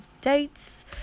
dates